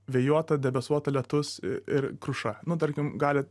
vėjuota debesuota lietus ir kruša nu tarkim gali